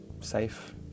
safe